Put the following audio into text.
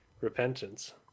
repentance